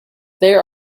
there